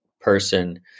person